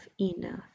enough